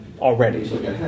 Already